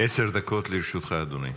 עשר דקות לרשותך, אדוני.